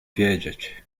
wiedzieć